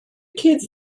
kids